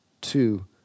Two